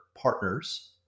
partners